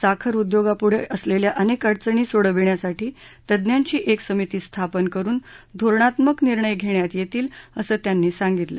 साखर उद्योगापुढं असलेल्या अनेक अडचणी सोडवण्यासाठी तज्ञांची एक समिती स्थापन करुन धोरणात्मक निर्णय घेण्यात येतील असं त्यांनी सांगितलं